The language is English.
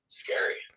scary